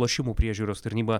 lošimų priežiūros tarnyba